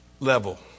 Level